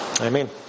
Amen